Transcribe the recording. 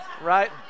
right